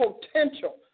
potential